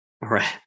Right